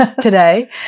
today